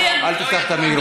לא, אל תפתח את המיקרופון.